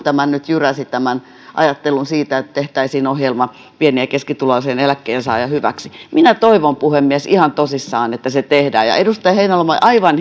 nyt jyräsi tämän ajattelun siitä että tehtäisiin ohjelma pieni ja keskituloisien eläkkeensaajien hyväksi minä toivon puhemies ihan tosissani että se tehdään ja edustaja heinäluoma aivan